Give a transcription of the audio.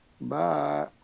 Bye